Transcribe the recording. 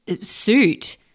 suit